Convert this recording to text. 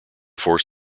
force